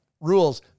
rules